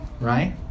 right